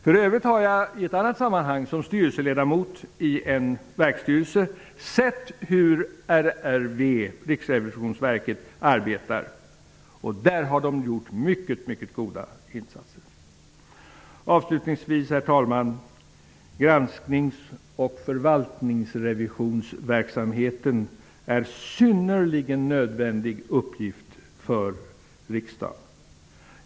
För övrigt har jag i ett annat sammanhang, som styrelseledamot i en verksstyrelse, sett hur RRV arbetar. Det har gjort mycket goda insatser. Herr talman! Avslutningsvis är gransknings och förvaltningsrevisionsverksamheten en synnerligen nödvändig uppgift för riksdagen.